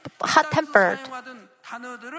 hot-tempered